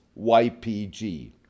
YPG